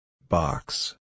Box